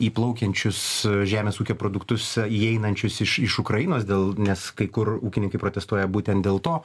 įplaukiančius žemės ūkio produktus įeinančius iš iš ukrainos dėl nes kai kur ūkininkai protestuoja būtent dėl to